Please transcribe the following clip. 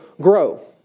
grow